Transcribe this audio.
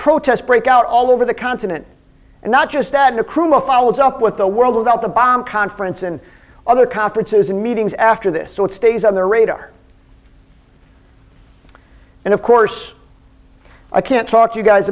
protests break out all over the continent and not just add a cruel follows up with the world without the bomb conference and other conferences and meetings after this so it stays on the radar and of course i can't talk to you guys